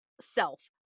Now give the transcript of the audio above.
self